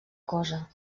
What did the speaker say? cosa